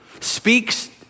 speaks